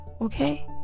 okay